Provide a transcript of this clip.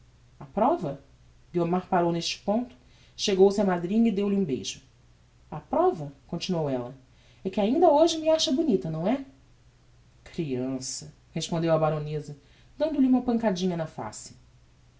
a prova guiomar parou neste ponto chegou-se á madrinha e deu-lhe um beijo a prova continuou ella é que ainda hoje me acha bonita não é creança respondeu a baroneza dando-lhe uma pancadinha na face